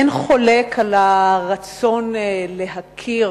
אין חולק על הרצון להכיר